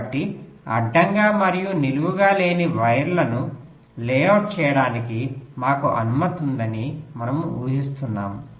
కాబట్టి అడ్డంగా మరియు నిలువుగా లేని వైర్లను లేఅవుట్ చేయడానికి మాకు అనుమతి ఉందని మనము ఊహిస్తున్నాము